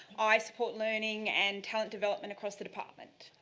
i support learning and talent development across the department.